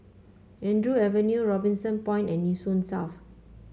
Andrew Avenue Robinson Point and Nee Soon South